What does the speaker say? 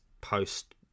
post